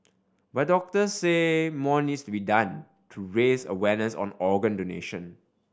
but doctors say more needs to be done to raise awareness on organ donation